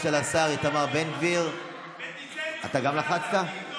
השר בן גביר אומר שלא עובד במקום, מי רוצה להוסיף?